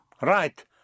Right